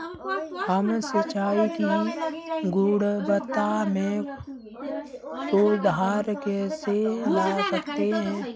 हम सिंचाई की गुणवत्ता में सुधार कैसे ला सकते हैं?